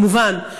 כמובן,